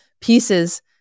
pieces